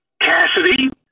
Cassidy